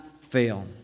fail